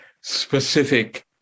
specific